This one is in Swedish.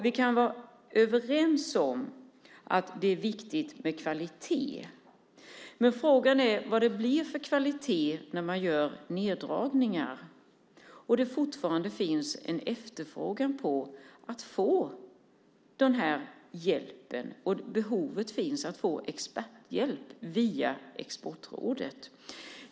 Vi kan vara överens om att det är viktigt med kvalitet. Men frågan är vad det blir för kvalitet när man gör neddragningar och det fortfarande finns en efterfrågan på att få den här hjälpen och behovet finns att få experthjälp via Exportrådet.